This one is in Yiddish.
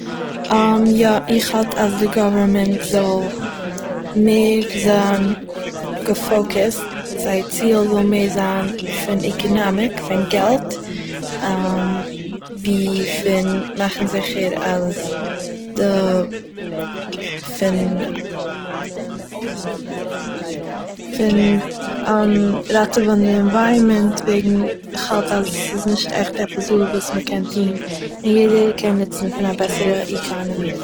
יא, איך האלט אז די גאווערמענט זאל מער זיין געפאקוס'ט, זייער ציל זאל מער זיין פון עקאנאמיק, פון געלט ווי פון מאכן זיכער אז די פון, פון ראטעווען די ענווייערמענט, וועגן איך האלט אז עס איז נישט עכט עפעס דא וואס מ'קען טוהן, און יעדערער קען ניצן פון א בעסערע עקאנאמי